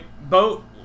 Boat